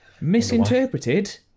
Misinterpreted